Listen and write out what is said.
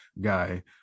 guy